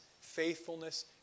faithfulness